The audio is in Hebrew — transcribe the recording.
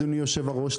אדוני היושב-ראש,